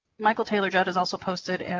michael taylor judd has also posted